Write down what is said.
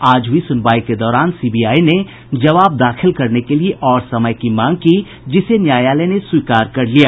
आज हुई सुनवाई के दौरान सीबीआई ने जवाब दाखिल करने के लिए और समय की मांग की जिसे न्यायालय ने स्वीकार कर लिया